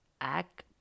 act